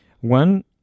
one